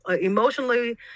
emotionally